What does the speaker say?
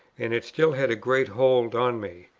and it still had great hold on me.